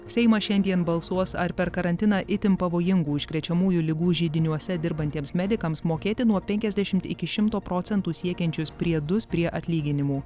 seimas šiandien balsuos ar per karantiną itin pavojingų užkrečiamųjų ligų židiniuose dirbantiems medikams mokėti nuo penkiasdešimt iki šimto procentų siekiančius priedus prie atlyginimų